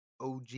OG